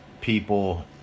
people